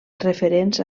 referents